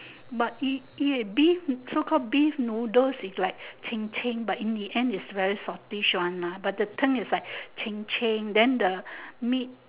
but it eat a beef so called beef noodles it's like ching ching but in the end it's very saltish one mah but the tongue is like ching ching then the meat